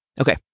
Okay